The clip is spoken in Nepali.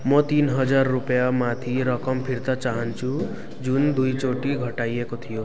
म तिन हजार रुपियाँ माथि रकम फिर्ता चाहन्छु जुन दुईचोटि घटाइएको थियो